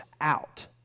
out